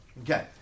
Okay